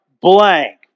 blank